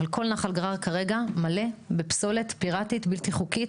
אבל כל נחל גרר כרגע מלא בפסולת פיראטית בלתי חוקית.